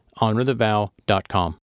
honorthevow.com